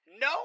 No